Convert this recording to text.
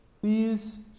Please